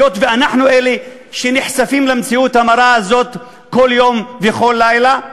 היות שאנחנו נחשפים למציאות המרה הזאת כל יום וכל לילה,